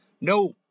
No